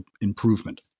improvement